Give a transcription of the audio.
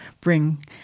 bring